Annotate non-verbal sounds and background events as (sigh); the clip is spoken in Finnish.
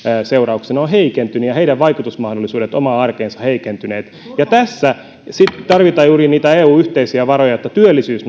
seurauksena on heikentynyt ja heidän vaikutusmahdollisuutensa omaan arkeensa ovat heikentyneet tässä tarvitaan juuri niitä eun yhteisiä varoja jotta työllisyys (unintelligible)